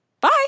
Bye